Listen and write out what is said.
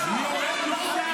הכנסת